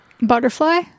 Butterfly